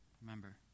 remember